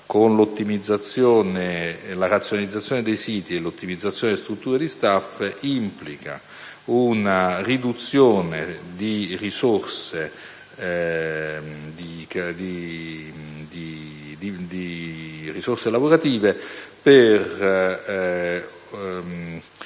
economie di scala, con la razionalizzazione dei siti e l'ottimizzazione delle strutture di *staff*, implica una riduzione di risorse lavorative per